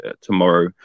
tomorrow